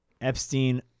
Epstein